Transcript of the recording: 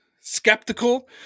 skeptical